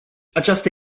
această